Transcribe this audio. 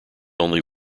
only